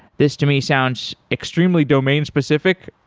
this to me sounds extremely domain-specific,